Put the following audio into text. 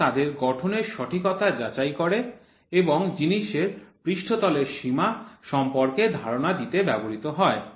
যা তাদের গঠনের সঠিকতা যাচাই করে এবং জিনিসের পৃষ্ঠতলের সীমা সম্পর্কে ধারণা দিতে ব্যবহৃত হয়